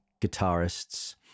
guitarists